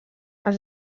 els